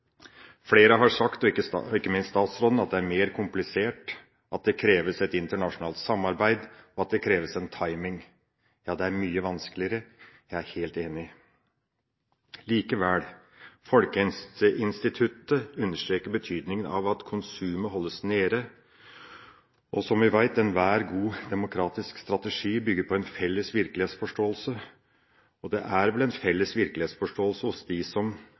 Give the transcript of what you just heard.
Flere har sagt, ikke minst statsråden, at det er mer komplisert, at det kreves et internasjonalt samarbeid, og at det kreves «timing». Ja, det er mye vanskeligere, jeg er helt enig. Likevel: Folkehelseinstituttet understreker betydningen av at konsumet holdes nede. Som vi vet: Enhver god demokratisk strategi bygger på en felles virkelighetsforståelse. Det er vel en felles virkelighetsforståelse hos dem som forstår mest av saken, at for folkehelsen er det viktig å